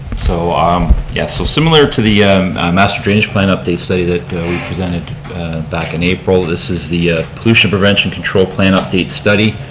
so um yeah so similar to the master drainage plan update study that we presented back in april, this is the ah pollution prevention control plan update study.